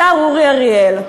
לשר אורי אריאל.